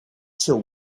till